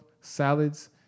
salads